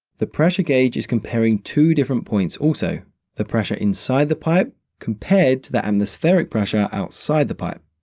the pressure gauge is comparing two different points, also the pressure inside the pipe compared to the atmospheric pressure outside the pipe.